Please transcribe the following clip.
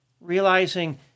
Realizing